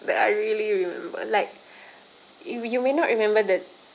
that I really remember like you you may not remember the